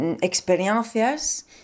experiencias